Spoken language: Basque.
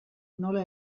nola